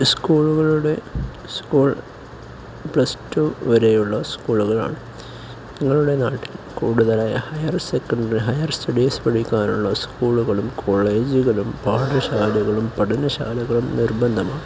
സ്കൂളുകളുടെ school plus two വരെയുള്ള സ്കൂളുകളാണ് നിങ്ങളുടെ നാട്ടിൽ കൂടുതലായി ഹയർ സെക്കൻഡറി ഹയർ സ്റ്റഡീസ് പഠിക്കാനുള്ള സ്കൂളുകളും കോളേജുകളും പാഠശാലകളും പഠനശാലകളും നിർബന്ധമാണ്